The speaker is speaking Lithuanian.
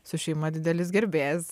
su šeima didelis gerbėjas